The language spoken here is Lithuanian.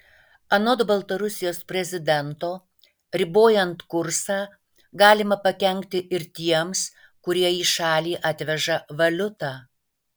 anot baltarusijos prezidento ribojant kursą galima pakenkti ir tiems kurie į šalį atveža valiutą